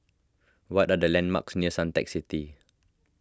what are the landmarks near Suntec City